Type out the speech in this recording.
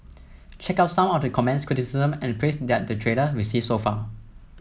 check out some of the comments criticism and praise that the trailer received so far